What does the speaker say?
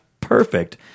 Perfect